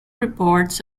reports